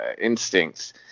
instincts